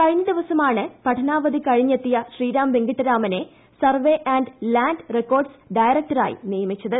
കഴിഞ്ഞ ദിവസമാണ് പഠനാവധി കഴിഞ്ഞെത്തിയ ശ്രീറാം വെങ്കിട്ടരാമനെ സർവേ ആൻഡ് ലാൻഡ് റെക്കോർഡ്സ് ഡയറക്ടറായി നിയമിച്ചത്